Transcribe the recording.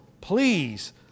please